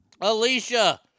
Alicia